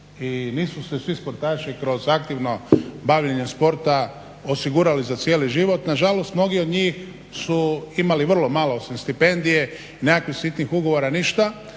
i nisu se svi sportaši kroz aktivno bavljenje sporta osigurali za cijeli život. Nažalost mnogi od njih su imali vrlo malo osim stipendije i nekakvih sitnih ugovora ništa,